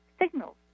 signals